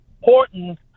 Horton